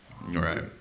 right